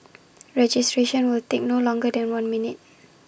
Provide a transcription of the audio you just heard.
registration will take no longer than one minute